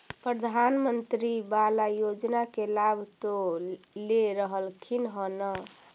प्रधानमंत्री बाला योजना के लाभ तो ले रहल्खिन ह न?